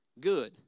Good